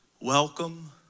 welcome